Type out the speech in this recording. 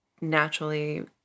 naturally